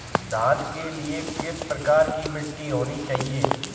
धान के लिए किस प्रकार की मिट्टी होनी चाहिए?